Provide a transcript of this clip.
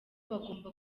bagomba